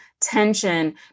tension